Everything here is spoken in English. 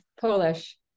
Polish